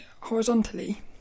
horizontally